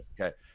okay